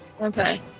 Okay